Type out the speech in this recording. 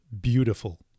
beautiful